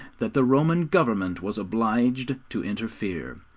that the roman government was obliged to interfere.